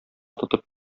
тотып